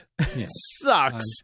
Sucks